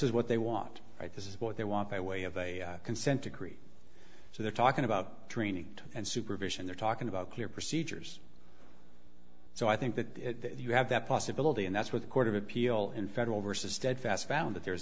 is what they want right this is what they want by way of a consent decree so they're talking about training and supervision they're talking about here procedures so i think that you have that possibility and that's what the court of appeal in federal versus steadfast found that there